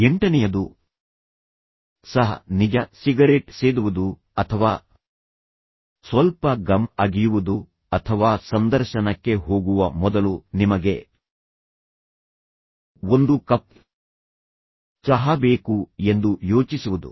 ಎಂಟನೆಯದು ಸಹ ನಿಜ ಸಿಗರೇಟ್ ಸೇದುವುದು ಅಥವಾ ಸ್ವಲ್ಪ ಗಮ್ ಅಗಿಯುವುದು ಅಥವಾ ಸಂದರ್ಶನಕ್ಕೆ ಹೋಗುವ ಮೊದಲು ನಿಮಗೆ ಒಂದು ಕಪ್ ಚಹಾ ಬೇಕು ಎಂದು ಯೋಚಿಸುವುದು